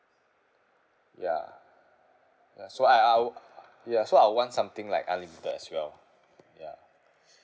ya ya so I I will ya so I want something like unlimited as well ya